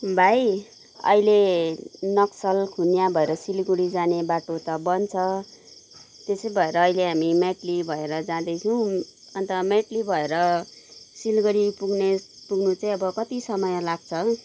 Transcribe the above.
भाइ अहिले नक्सल खुनिया भएर सिलगढी जाने बाटो त बन्द छ त्यसै भएर अहिले हामी मेटली भएर जाँदैछौँ अन्त मेटली भएर सिलगढी पुग्ने पुग्नु चाहिँ अब कति समय लाग्छ हौ